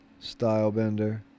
stylebender